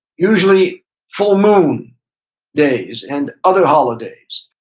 usually full moon days and other holidays.